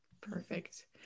Perfect